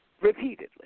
repeatedly